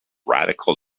radical